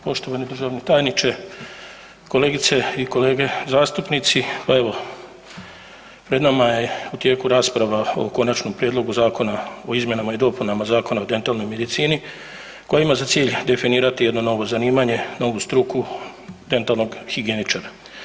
Poštovani državni tajniče, kolegice i kolege zastupnici, pa evo pred nama je u tijeku rasprava o Konačnom prijedlogu Zakona o izmjenama i dopunama Zakona o dentalnoj medicini koja ima za cilj definirati jedno novo zanimanje, novu struku dentalnog higijeničara.